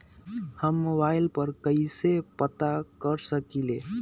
हम मोबाइल पर कईसे पता कर सकींले?